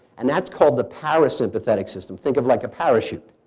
and that's called the parasympathetic system. think of like a parachute.